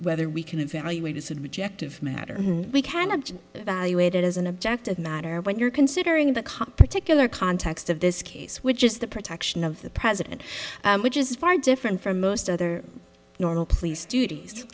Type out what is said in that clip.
whether we can evaluate a subjective matter and we cannot just evaluate it as an objective matter when you're considering the cop particular context of this case which is the protection of the president which is far different from most other normal pleas duties